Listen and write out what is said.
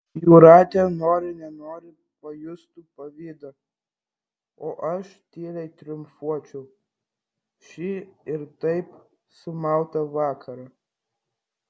jūratė nori nenori pajustų pavydą o aš tyliai triumfuočiau šį ir taip sumautą vakarą